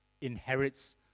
inherits